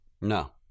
No